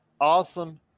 awesome